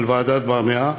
של ועדת ברנע,